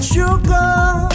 sugar